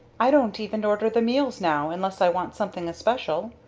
i don't even order the meals now, unless i want something especial.